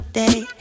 day